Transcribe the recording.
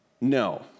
No